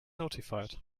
notified